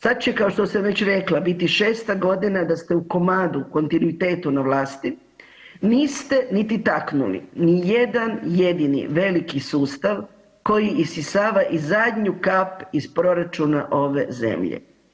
Sad će, kao što sam već rekla, biti 6. godina da ste u komadu, kontinuitetu na vlasti, niste niti taknuli ni jedan jedini veliki sustav koji isisava i zadnju kap iz proračuna ove zemlje.